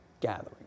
gathering